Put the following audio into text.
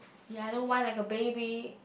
ya I don't whine like a baby